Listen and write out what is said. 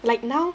like now